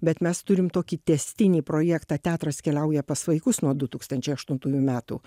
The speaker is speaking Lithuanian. bet mes turim tokį tęstinį projektą teatras keliauja pas vaikus nuo du tūkstančiai aštuntųjų metų